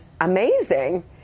amazing